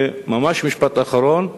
וממש משפט אחרון: